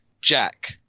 Jack